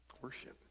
worship